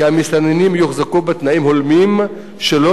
כי המסתננים יוחזקו בתנאים הולמים שלא